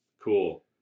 Cool